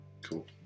Cool